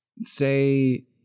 say